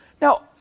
Now